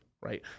right